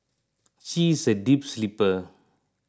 she is a deep sleeper